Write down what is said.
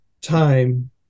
time